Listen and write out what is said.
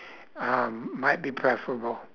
um might be preferable